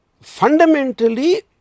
fundamentally